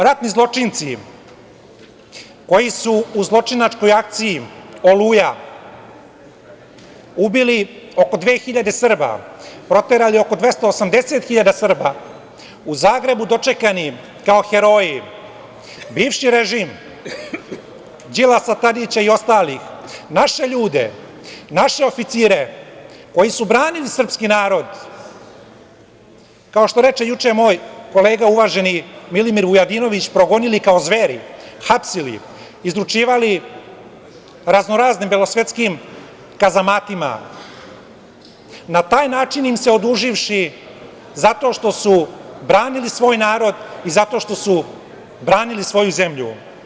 Dok su ratni zločinci koji su u zločinačkoj akciji „Oluja“ ubili oko 2000 Srba, proterali oko 280.000 hiljada Srba, u Zagrebu dočekani kao heroji, bivši režim Đilasa, Tadića, i ostalih, naše ljude, naše oficire, koji su branili srpski narod, kao što reče juče moj kolega uvaženi Milimir Vujadinović, progonili kao zveri, hapsili, izručivali raznoraznim belosvetskim kazamatima, na taj način im se oduživši zato što su branili svoj narod i zato što su branili svoju zemlju.